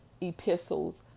epistles